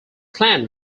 clan